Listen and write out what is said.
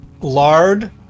lard